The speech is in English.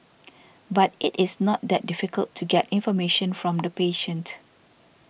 but it is not that difficult to get information from the patient